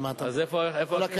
על מה אתה, אז, איפה, לאן?